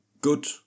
good